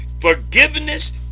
Forgiveness